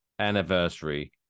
Anniversary